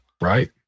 Right